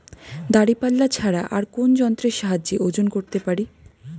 দাঁড়িপাল্লা ছাড়া আর কোন যন্ত্রের সাহায্যে ওজন করতে পারি?